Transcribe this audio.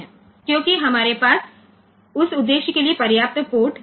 કારણ કે તે હેતુ માટે આપણી પાસે પૂરતા પોર્ટ બાકી નથી હોતા